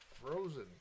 frozen